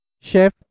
Chef